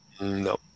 No